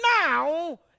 now